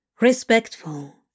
Respectful